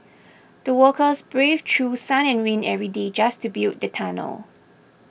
the workers braved through sun and rain every day just to build the tunnel